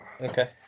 Okay